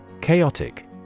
Chaotic